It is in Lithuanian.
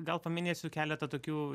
gal paminėsiu keletą tokių